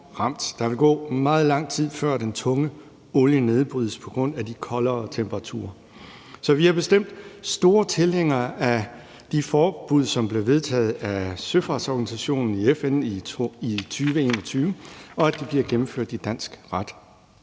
Der vil gå meget lang tid, før den tunge olie nedbrydes, på grund af de lavere temperaturer. Så vi er bestemt store tilhængere af de forbud, som blev vedtaget af søfartsorganisationen i FN i 2021, og af, at de bliver gennemført i dansk ret.